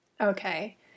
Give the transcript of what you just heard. Okay